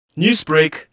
Newsbreak